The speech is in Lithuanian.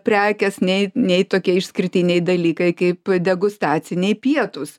prekės nei nei tokie išskirtiniai dalykai kaip degustaciniai pietūs